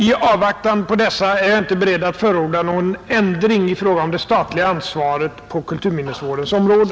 I avvaktan på dessa är jag inte beredd att förorda någon ändring i fråga om det statliga ansvaret på kulturminnesvårdens område.